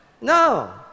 No